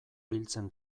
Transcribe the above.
biltzen